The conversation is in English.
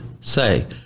say